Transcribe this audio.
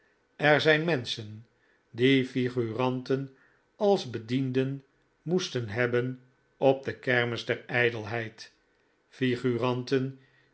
er zijn menschen die figuranten als bedienden moesten hebben op de kermis der ijdelheid figuranten